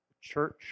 church